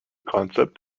concept